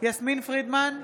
יסמין פרידמן,